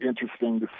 interesting